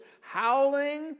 howling